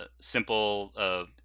simple